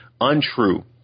untrue